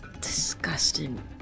Disgusting